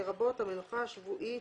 לרבות המנוחה השבועית,